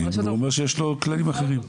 רשות האוכלוסין, זה אומר שיש לו כללים אחרים.